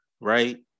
Right